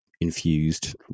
infused